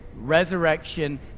resurrection